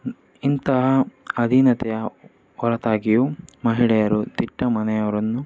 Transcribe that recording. ಇಂತಹ ಅಧೀನತೆಯ ಹೊರತಾಗಿಯೂ ಮಹಿಳೆಯರು ದಿಟ್ಟ ಮನೆಯವರನ್ನು